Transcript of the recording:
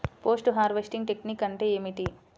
Post harvesting technique అంటే ఏమిటీ?